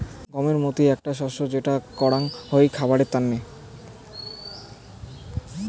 গমের মতি আকটা শস্য যেটো চাস করাঙ হই খাবারের তন্ন